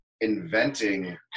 inventing